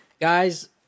guys